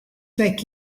like